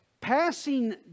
Passing